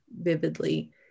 vividly